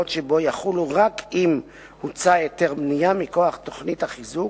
שבו יחולו רק אם הוצא היתר בנייה מכוח תוכנית החיזוק,